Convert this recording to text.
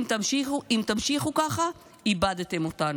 אם תמשיכו ככה, איבדתם אותנו.